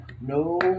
no